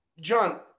John